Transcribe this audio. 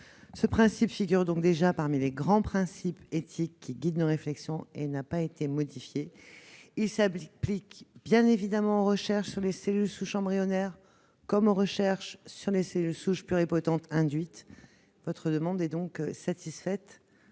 2004. Elle figure donc déjà parmi les grands principes éthiques qui guident nos réflexions et n'a pas été modifiée. Cela s'applique bien évidemment aux recherches sur les cellules souches embryonnaires comme aux recherches sur les cellules souches pluripotentes induites. Votre demande est donc satisfaite,